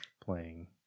playing